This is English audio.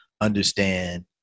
understand